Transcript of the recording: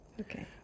Okay